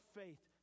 faith